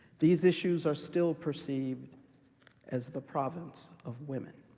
these issues are still perceived as the province of women.